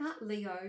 Leo